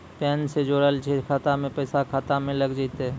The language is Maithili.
पैन ने जोड़लऽ छै खाता मे पैसा खाता मे लग जयतै?